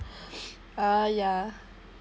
ah yeah